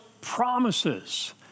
promises